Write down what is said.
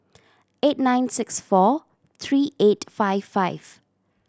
eight nine six four three eight five five